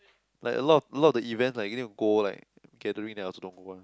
like a lot a lot of the events I need to go like gathering I also don't go one